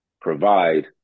provide